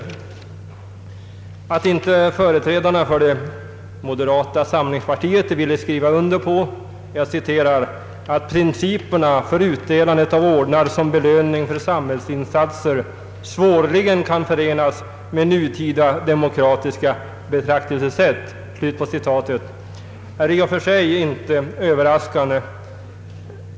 Det är i och för sig inte överraskande att företrädarna för moderata samlingspartiet inte ville skriva under på uttalandet att principerna för utdelning av ordnar som belöning för samhällsinsatser svårligen kan förenas med nutida demokratiska + betraktelsesätt.